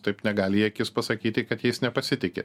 taip negali į akis pasakyti kad jais nepasitiki